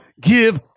give